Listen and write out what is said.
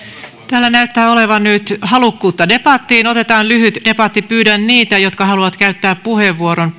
täällä näyttää olevan nyt halukkuutta debattiin otetaan lyhyt debatti pyydän niitä jotka haluavat käyttää puheenvuoron